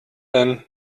denn